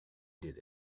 did